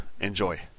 Enjoy